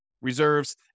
reserves